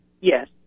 Yes